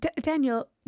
Daniel